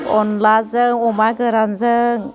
अनलाजों अमा गोरानजों